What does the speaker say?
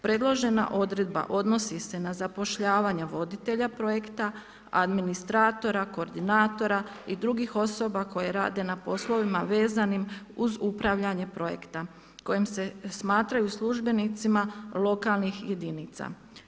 Predložena odredba odnosi se na zapošljavanje voditelja projekta, administratora, koordinatora i drugih osoba koje rade na poslovima vezanim uz upravljanje projekta kojim se smatraju službenicima lokalnih jedinica.